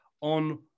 on